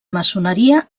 maçoneria